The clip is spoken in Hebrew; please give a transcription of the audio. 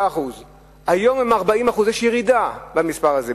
היום הם 40%. יש ירידה במספר הזה.